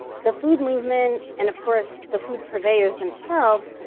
the food movement, and of course the food purveyors themselves,